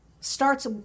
starts